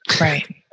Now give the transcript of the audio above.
Right